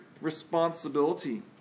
responsibility